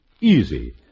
Easy